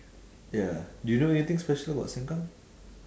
ya do you know anything special about seng kang